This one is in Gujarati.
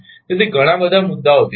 તેથી ઘણા બધા મુદ્દાઓ ત્યાં છે